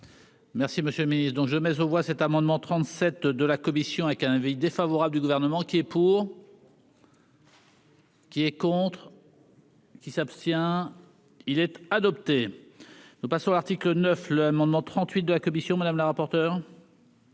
Merci, monsieur le Ministre, donc je mais on voit cet amendement 37 de la commission avec un avis défavorable du gouvernement qui est pour. Qui est contre. Qui s'abstient-il être adopté nous pas sur l'article 9 le 38 de la commission madame la rapporteure.